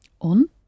on